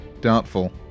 Doubtful